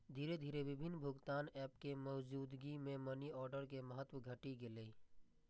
धीरे धीरे विभिन्न भुगतान एप के मौजूदगी मे मनीऑर्डर के महत्व घटि गेलै